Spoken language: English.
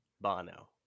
Bono